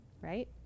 right